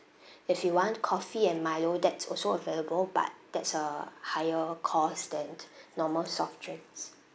if you want coffee and milo that's also available but that's a higher costs than normal soft drinks